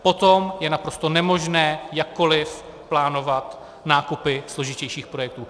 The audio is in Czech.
Potom je naprosto nemožné jakkoli plánovat nákupy složitějších projektů.